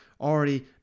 already